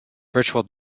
virtual